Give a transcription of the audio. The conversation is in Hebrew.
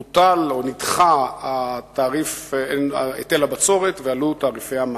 בוטל או נדחה היטל הבצורת ועלו תעריפי המים.